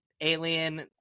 alien